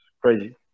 crazy